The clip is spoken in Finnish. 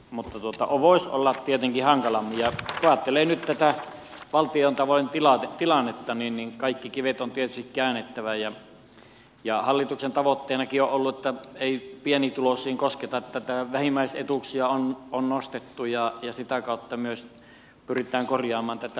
mutta voisi olla tietenkin hankalammin ja kun ajattelee nyt tätä valtiontalouden tilannetta niin kaikki kivet on tietysti käännettävä ja hallituksen tavoitteenakin on ollut että ei pienituloisiin kosketa vähimmäisetuuksia on nostettu ja sitä kautta myös pyritään korjaamaan tätä lapsilisätilannetta